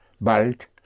bald